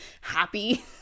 happy